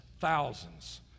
thousands